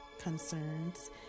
concerns